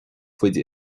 faide